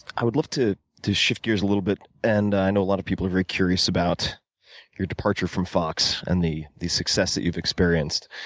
i would love to to shift gears a little bit, and i know a lot of people are very curious about your departure from fox and the the success that you've experienced.